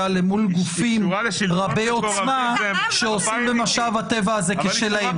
למול גופים רבי עוצמה שעושים במשאב הטבע הזה כבשלהם.